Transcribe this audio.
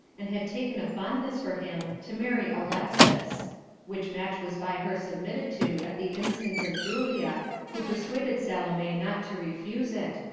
and had taken a fondness for him, to marry alexas which match was by her submitted to at the instance of julia, who persuaded salome not to refuse it,